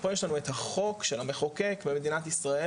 פה יש לנו את החוק של המחוקק במדינת ישראל